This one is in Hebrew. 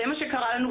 זה מה שקרה לנו,